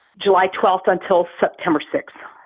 july twelfth until september sixth.